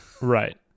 Right